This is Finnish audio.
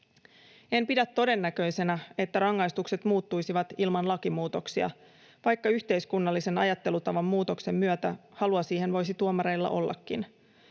En pidä todennäköisenä, että rangaistukset muuttuisivat ilman lakimuutoksia, vaikka yhteiskunnallisen ajattelutavan muutoksen myötä halua siihen voisi tuomareilla ollakin.